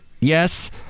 yes